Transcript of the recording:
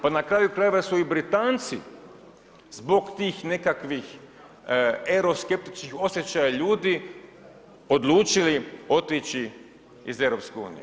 Pa na kraju krajeva su i Britanci zbog tih nekakvih euroskeptičnih osjećaja ljudi odlučili otići iz EU.